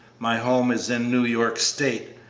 my home is in new york state.